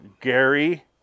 Gary